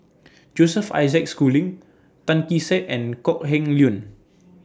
Joseph Isaac Schooling Tan Kee Sek and Kok Heng Leun